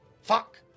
Fuck